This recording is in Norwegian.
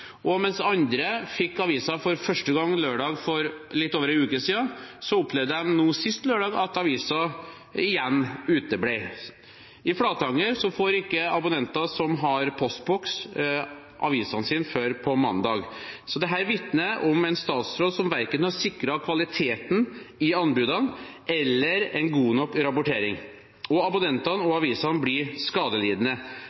Mens andre fikk avisen for første gang lørdag for litt over en uke siden, opplevde de nå sist lørdag at avisen igjen uteble. I Flatanger får ikke abonnenter som har postboks, avisene sine før på mandag. Dette vitner om en statsråd som verken har sikret kvaliteten i anbudene eller en god nok rapportering, og abonnentene og